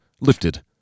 lifted